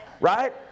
Right